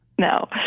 No